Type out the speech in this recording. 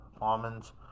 almonds